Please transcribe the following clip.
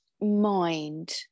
mind